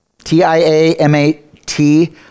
T-I-A-M-A-T